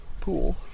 pool